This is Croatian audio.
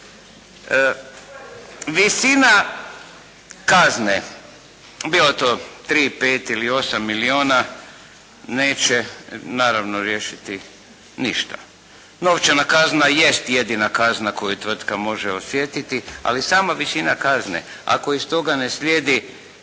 Visina kazne bilo to 3, 5 ili 8 milijuna, neće naravno riješiti ništa. Novčana kazna jest jedina kazna koju tvrtka može osjetiti, ali sama visina kazne ako iz toga ne slijedi